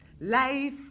Life